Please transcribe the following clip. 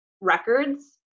records